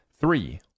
Three